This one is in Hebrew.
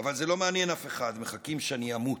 "אבל זה לא מעניין אף אחד, מחכים שאני אמות".